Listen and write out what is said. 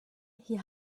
hier